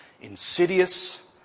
insidious